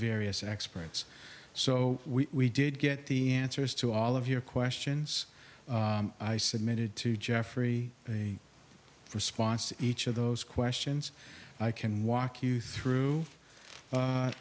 various experts so we did get the answers to all of your questions i submitted to jeffrey a response to each of those questions i can walk you through